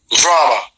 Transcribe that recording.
drama